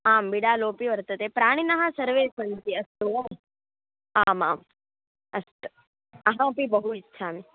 आम् बिडालोपि वर्तते प्राणिनः सर्वे सन्ति अस्तु वा आम् आम् अस्तु अहमपि बहु इच्छामि